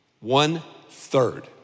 One-third